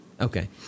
okay